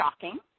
shocking